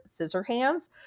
Scissorhands